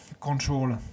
control